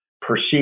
perceive